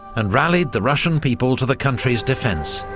and rallied the russian people to the country's defence,